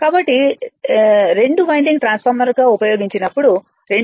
కాబట్టి 2 వైండింగ్ ట్రాన్స్ఫార్మర్గా ఉపయోగించినప్పుడు 2